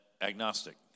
agnostic